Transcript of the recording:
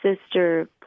sister